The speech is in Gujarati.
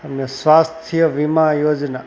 અને સ્વાસ્થ્ય વીમા યોજના